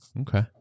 okay